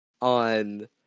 on